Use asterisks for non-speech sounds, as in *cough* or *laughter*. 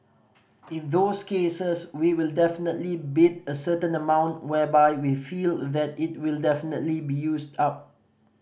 in those cases we will definitely bid a certain amount whereby we feel *unintelligible* it will definitely be used up